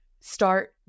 start